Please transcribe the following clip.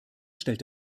stellt